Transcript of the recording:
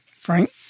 Frank